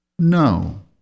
No